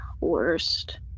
worst